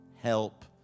help